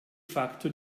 facto